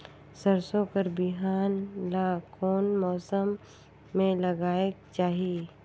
सरसो कर बिहान ला कोन मौसम मे लगायेक चाही?